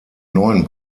neuen